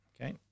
Okay